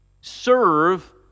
serve